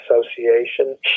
Association